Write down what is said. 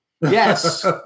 Yes